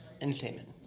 entertainment